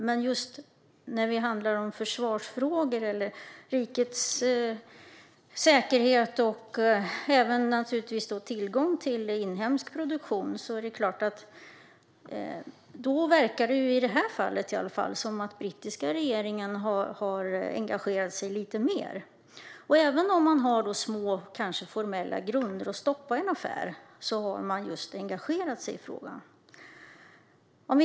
Men just när det gäller försvarsfrågor, rikets säkerhet och tillgång till inhemsk produktion verkar det i det här fallet som om den brittiska regeringen har engagerat sig lite mer. Även om man har små formella grunder att stoppa en affär har man ändå engagerat sig i frågan.